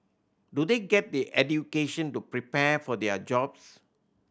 do they get the education to prepare for their jobs